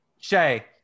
Shay